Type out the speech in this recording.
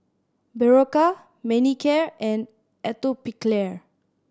Berocca Manicare and Atopiclair